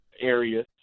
area